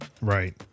Right